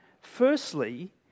firstly